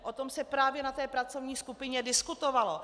O tom se právě na té pracovní skupině diskutovalo.